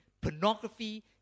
pornography